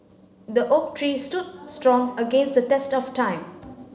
the oak tree stood strong against the test of time